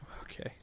Okay